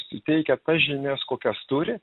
suteikia tas žinias kokias turi